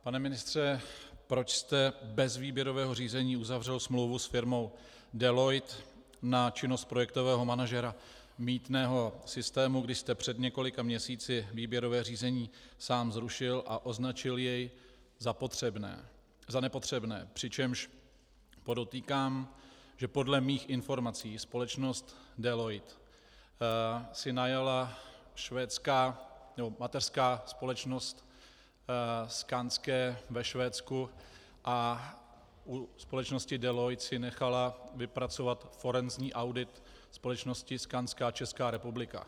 Pane ministře, proč jste bez výběrového řízení uzavřel smlouvu s firmou Deloitte na činnost projektového manažera mýtného systému, když jste před několika měsíci výběrové řízení sám zrušil a označil je za nepotřebné, přičemž podotýkám, že podle mých informací společnost Deloitte si najala švédská nebo mateřská společnost Skansky ve Švédsku a u společnosti Deloitte si nechala vypracovat forenzní audit společnosti Skanska Česká republika.